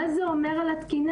מה זה אומר על התקינה?